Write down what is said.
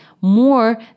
more